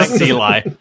Eli